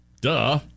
Duh